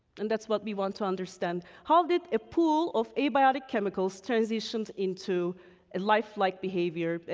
and that's what we want to understand. how did a pool of abiotic chemicals transitioned into and life-like behavior,